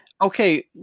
Okay